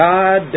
God